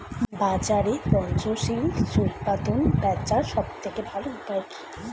বাজারে পচনশীল উৎপাদন বেচার সবথেকে ভালো উপায় কি?